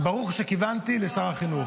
ברוך שכיוונתי לשר החינוך.